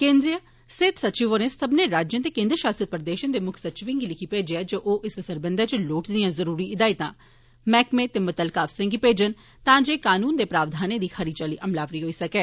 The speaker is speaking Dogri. केन्द्रीय सेहत सचिव होरें सब्मनें राज्य ते केन्द्र शासित प्रदेशें दे मुक्ख सचिवें गी लिखी भेजेआ ऐ जे ओह इस सरबंधै च लोड़चदियां जरूरी हिदायतां मैहकमें ते मुत्तलका अफसरें गी भेजन तां जे कनून दे प्रावधानें दी खरी चाल्ली अमलावरी होई सकै